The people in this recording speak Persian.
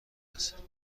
است